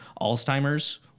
Alzheimer's